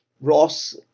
Ross